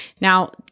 Now